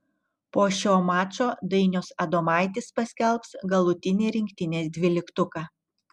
po šio mačo dainius adomaitis paskelbs galutinį rinktinės dvyliktuką